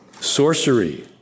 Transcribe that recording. sorcery